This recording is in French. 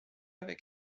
avec